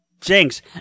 Jinx